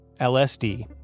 LSD